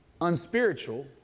unspiritual